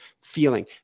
feeling